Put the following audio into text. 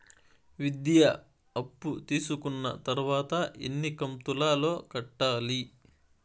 విద్య అప్పు తీసుకున్న తర్వాత ఎన్ని కంతుల లో కట్టాలి?